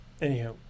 Anyhow